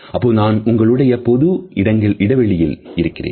அப்போது நான் உங்களுடைய பொது இடைவெளியில் இருக்கின்றேன்